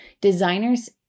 designers